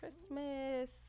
Christmas